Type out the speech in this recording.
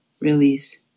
release